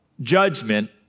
judgment